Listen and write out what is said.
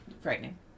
frightening